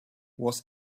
was